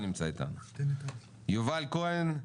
יובל כהן,